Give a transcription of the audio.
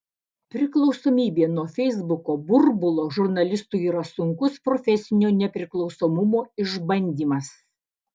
priklausomybė nuo feisbuko burbulo žurnalistui yra sunkus profesinio nepriklausomumo išbandymas